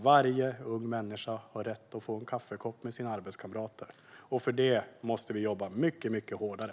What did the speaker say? Varje ung människa har rätt att få en kaffekopp med sina arbetskamrater. För detta måste vi jobba mycket hårdare.